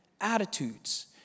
attitudes